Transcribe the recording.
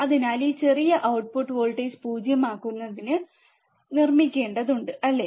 അതിനാൽ ഈ ചെറിയ ഔട്ട്പുട്ട് വോൾട്ടേജ് 0 ആക്കുന്നതിന് നിർമ്മിക്കേണ്ടതുണ്ട് അല്ലേ